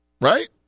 Right